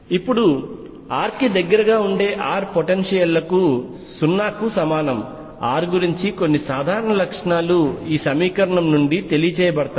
ఇప్పుడు r కి దగ్గరగా ఉండే r పొటెన్షియల్ లకు 0 సమానం r గురించి కొన్ని సాధారణ లక్షణాలు ఈ సమీకరణం నుండి తెలియజేయబడతాయి